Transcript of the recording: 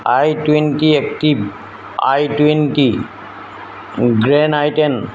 I twenty active I twenty grand I ten